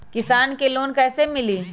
किसान के लोन कैसे मिली?